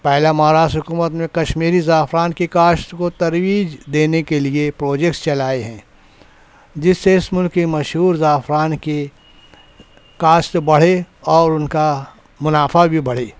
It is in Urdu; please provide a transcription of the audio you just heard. پہلا مہاراشٹر حکومت میں کشمیری زعفران کی کاشت کو ترویج دینے کے لیے پروجیکٹس چلائے ہیں جس سے اس ملک کی مشہور زعفران کی کاشت بڑھے اور ان کا منافع بھی بڑھے